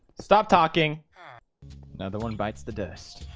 stop talking another one bites the dust.